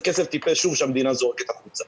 זה כסף טיפש שוב שהמדינה זורקת החוצה.